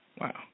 Wow